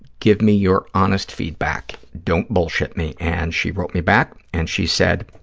give me your honest feedback, don't bullshit me, and she wrote me back and she said,